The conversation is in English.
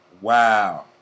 Wow